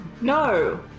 No